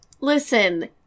Listen